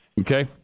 Okay